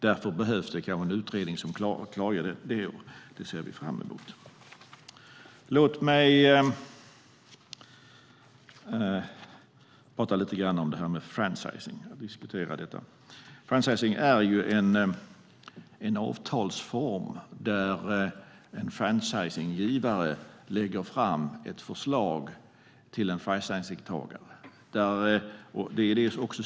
Därför behövs kanske en utredning som klargör det. Det ser vi fram emot. Låt mig prata lite grann om franchising. Franchising är en avtalsform där en franchisegivare lägger fram ett förslag till en franchisetagare.